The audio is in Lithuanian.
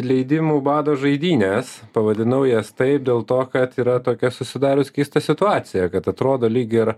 leidimų bado žaidynės pavadinau jas taip dėl to kad yra tokia susidarius keista situacija kad atrodo lyg ir